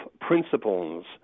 principles